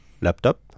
laptop